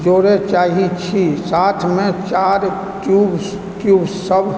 जोड़य चाहय छी साथमे चारि क्यूब क्यूबसभ